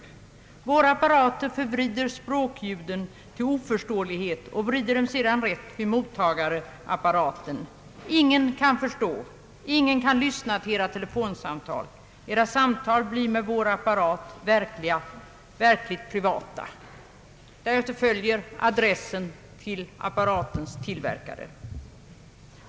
Våra apparater förvrider språkljuden till oförståelighet och vrider dem sedan rätt vid mottagarapparaten. Ingen kan förstå. Ingen kan lyssna till era telefonsamtal. Era samtal blir med vår apparat verkligt privata.» Därefter följer adressen till apparatens tillverkare.